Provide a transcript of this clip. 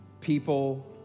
people